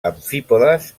amfípodes